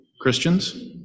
Christians